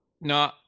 no